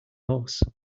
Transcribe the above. horse